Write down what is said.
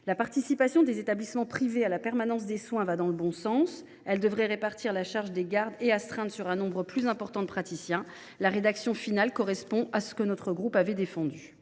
La participation des établissements privés à la permanence des soins va dans le bon sens. Elle devrait répartir la charge des gardes et astreintes sur un nombre plus important de praticiens. La rédaction finale retenue correspond à ce que notre groupe avait défendu.